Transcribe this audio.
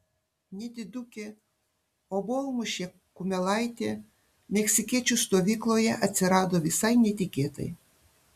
nedidukė obuolmušė kumelaitė meksikiečių stovykloje atsirado visai netikėtai